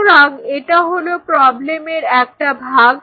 সুতরাং এটা হলো প্রবলেমের একটা ভাগ